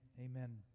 Amen